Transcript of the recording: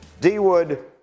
D-Wood